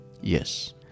Yes